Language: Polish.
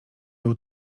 był